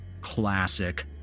Classic